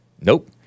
Nope